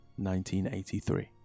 1983